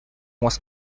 was